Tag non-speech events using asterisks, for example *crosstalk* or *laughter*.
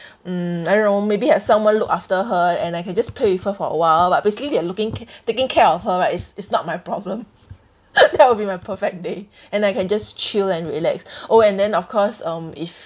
mm I don't know maybe have someone look after her and I can just play with her for awhile but basically they are looking taking care of her right it's it's not my problem *laughs* that would be my perfect day and I can just chill and relax oh and then of course um if